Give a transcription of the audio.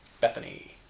Bethany